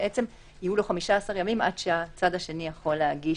ויהיו לו 15 ימים עד שהצד השני יוכל להגיש,